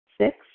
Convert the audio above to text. Six